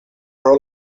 pro